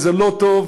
וזה לא טוב,